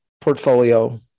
portfolio